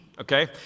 okay